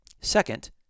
Second